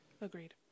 agreed